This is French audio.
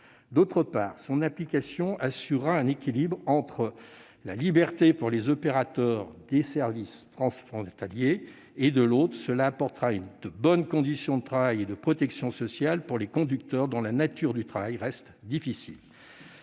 secteur. Cette application assurera un équilibre entre, d'une part, la liberté des opérateurs des services transfrontaliers et, d'autre part, de bonnes conditions de travail et de protection sociale pour les conducteurs, dont la nature du travail reste difficile.